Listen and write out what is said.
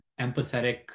empathetic